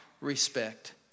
respect